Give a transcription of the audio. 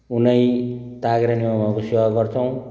उनै ताघरे नेवामाको सेवा गर्छौँ